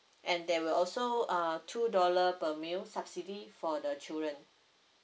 and there will also uh two dollar per meal subsidy for the children